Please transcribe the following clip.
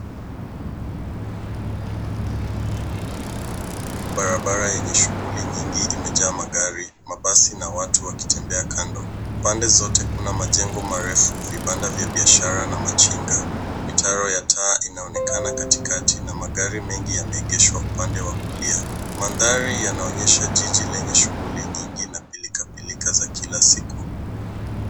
Barabara yenye shughuli nyingi imejaa magari, mabasi na watu wakitembea kando. Pande zote kuna majengo marefu, vibanda vya biashara na majinga. Mitaro ya taa inaonekana katikati na magari mengi yameegeshwa upande wa kulia. Mandhari yanaonyesha jiji lenye shughuli nyingi na pilkapilka za kila siku.